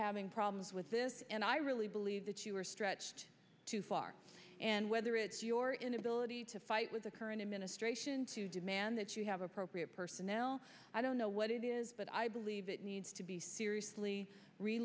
having problems with this and i really believe that you are stretched too far and whether it's your inability to fight with the current administration to demand that you have appropriate personnel i don't know what it is but i believe it needs to be seriously re